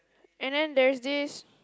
and then there's this